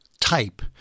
type